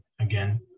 again